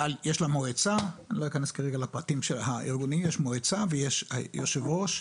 יש לקרן מועצה לא אכנס לפרטים הארגוניים ויש יושב-ראש,